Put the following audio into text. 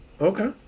Okay